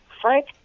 Frank